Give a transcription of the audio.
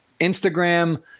Instagram